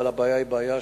אבל הבעיה היא בעיה,